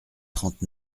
trente